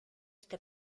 este